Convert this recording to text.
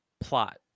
plot